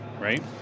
right